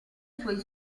suoi